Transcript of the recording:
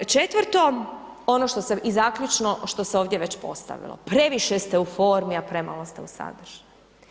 Četvrto ono što sam i zaključno, što se ovdje već postavilo, previše ste u formi a premalo ste u sadržaju.